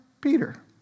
Peter